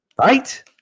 Right